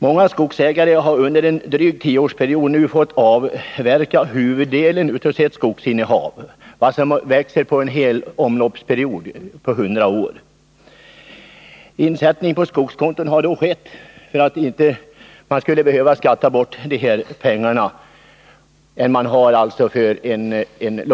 Många skogsägare har under en dryg tioårsperiod måst avverka huvuddelen av sitt skogsinnehav, alltså vad som växer under en hel omloppsperiod på 100 år. Insättning på skogskonto har då skett för att man inte skulle behöva skatta bort inkomsterna av avverkningen.